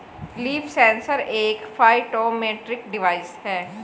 leaf sensor एक phytometric device है